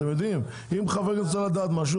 אם חבר כנסת רוצה לדעת משהו